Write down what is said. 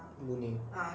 good name